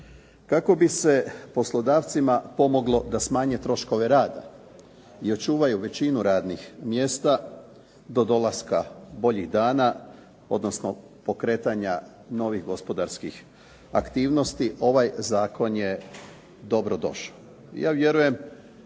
Kako bi se poslodavcima pomoglo da smanje troškove rada i očuvaju većinu radnih mjesta do dolaska boljih dana odnosno pokretanja novih gospodarskih aktivnosti ovaj zakon je dobro došao.